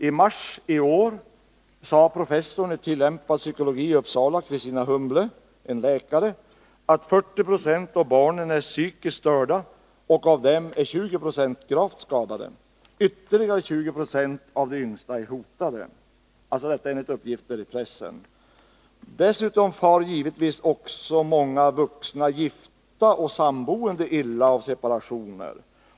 I mars i år sade professorn i tillämpad psykologi i Uppsala Kristina Humble, som också är läkare, att 40 90 av barnen är psykiskt störda och av dem är 20 96 gravt skadade. Ytterligare 20 90 av de yngsta är hotade. Dessutom far givetvis också många vuxna gifta och samboende illa av separationer.